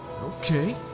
Okay